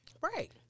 Right